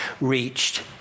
reached